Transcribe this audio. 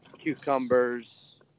cucumbers